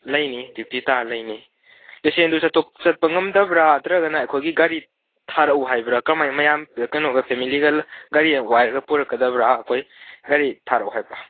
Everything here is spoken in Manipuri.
ꯂꯩꯅꯤ ꯗ꯭ꯌꯨꯇꯤ ꯇꯥꯔ ꯂꯩꯅꯤ ꯄꯦꯁꯦꯟꯗꯨ ꯆꯠꯄ ꯉꯝꯗꯕ꯭ꯔꯥ ꯅꯠꯇ꯭ꯔꯒꯅ ꯑꯩꯈꯣꯏꯒꯤ ꯒꯥꯔꯤ ꯊꯥꯔꯛꯎ ꯍꯥꯏꯕ꯭ꯔꯥ ꯀꯃꯥꯏꯅ ꯃꯌꯥꯝ ꯀꯩꯅꯣꯒ ꯐꯦꯃꯤꯂꯤꯒ ꯒꯥꯔꯤ ꯋꯥꯏꯔꯒ ꯄꯨꯔꯛꯀꯗꯕ꯭ꯔꯥ ꯑꯩꯈꯣꯏ ꯒꯥꯔꯤ ꯊꯥꯔꯛꯎ ꯍꯥꯏꯕ꯭ꯔꯥ